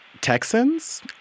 Texans